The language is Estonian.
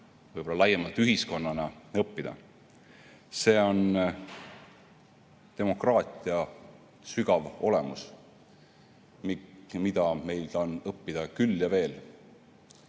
ja laiemalt ühiskonnana õppida. See on demokraatia sügav olemus, mida meil on õppida küll ja veel.